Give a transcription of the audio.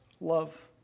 love